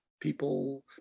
people